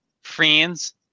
Friends